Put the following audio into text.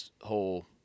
whole